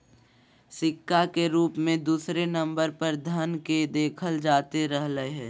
सिक्का के रूप मे दूसरे नम्बर पर धन के देखल जाते रहलय हें